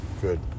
good